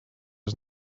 was